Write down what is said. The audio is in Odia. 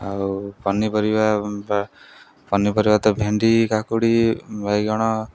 ଆଉ ପନିପରିବା ବା ପନିପରିବା ତ ଭେଣ୍ଡି କାକୁଡ଼ି ବାଇଗଣ